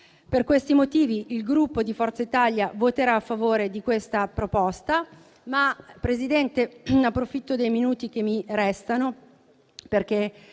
Per questi motivi, il Gruppo Forza Italia voterà a favore di questa proposta. Presidente, approfitto dei minuti che mi restano perché,